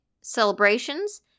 Celebrations